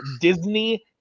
Disney